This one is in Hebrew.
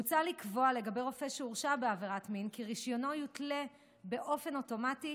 מוצע לקבוע לגבי רופא שהורשע בעבירת מין כי רישיונו יותלה באופן אוטומטי